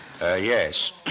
Yes